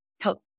help